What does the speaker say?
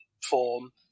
form